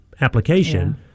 application